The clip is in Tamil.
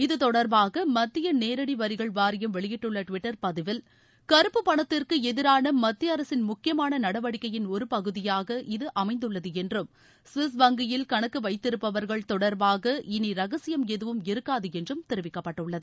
இதுதொடர்பாக மத்திய நேரடி வரிகள் வாரியம் வெளியிட்டுள்ள டுவிட்டர் பதிவில் கருப்பு பணத்திற்கு எதிரான மத்திய அரசின் முக்கியமான நடவடிக்கையின் ஒரு பகுதியாக இது அமைந்துள்ளது என்றும் கவிஸ் வங்கியில் கணக்கு வைத்திருப்பவர்கள் தொடர்பாக இனி ரகசியம் எதுவும் இருக்காது என்று தெரிவிக்கப்பட்டுள்ளது